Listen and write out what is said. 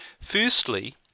Firstly